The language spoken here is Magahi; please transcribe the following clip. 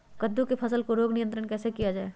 कददु की फसल में रोग नियंत्रण कैसे किया जाए?